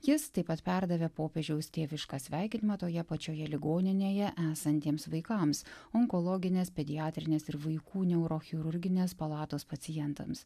jis taip pat perdavė popiežiaus tėvišką sveikinimą toje pačioje ligoninėje esantiems vaikams onkologinės pediatrinės ir vaikų neurochirurginės palatos pacientams